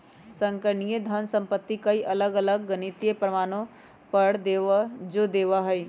संगणकीय धन संपत्ति कई अलग अलग गणितीय प्रमाणों पर जो देवा हई